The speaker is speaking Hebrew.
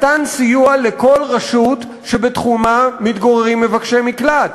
מתן סיוע לכל רשות שבתחומה מתגוררים מבקשי מקלט.